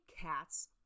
Cats